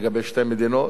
לגבי שתי מדינות,